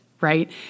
right